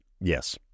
Yes